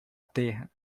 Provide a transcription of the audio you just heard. terra